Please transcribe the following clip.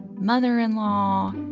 mother-in-law,